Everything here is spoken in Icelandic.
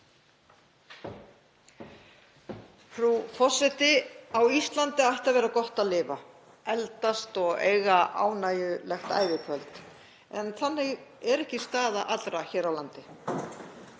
Frú forseti. Á Íslandi ætti að vera gott að lifa, eldast og eiga ánægjulegt ævikvöld. En þannig er ekki staða allra hér á landi.